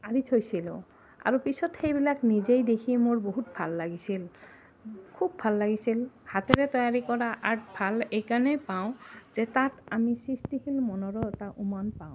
আঁৰি থৈছিলোঁ আৰু পিছত সেইবিলাক নিজেই দেখি মোৰ বহুত ভাল লাগিছিল খুব ভাল লাগিছিল হাতেৰে তৈয়াৰী কৰা আৰ্ট ভাল এইকাৰণেই পাওঁ যে তাত আমি সৃষ্টিশীল মনৰো এটা উমান পাওঁ